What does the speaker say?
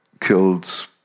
Killed